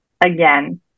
again